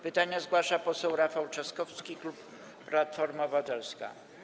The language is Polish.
Pytanie zgłasza poseł Rafał Trzaskowski, klub Platforma Obywatelska.